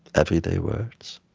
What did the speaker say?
everyday words,